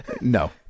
No